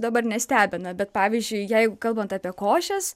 dabar nestebina bet pavyzdžiui jeigu kalbant apie košes